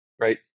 Right